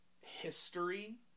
history